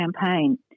campaign